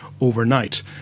overnight